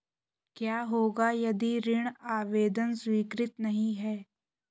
क्या होगा यदि ऋण आवेदन स्वीकृत नहीं है?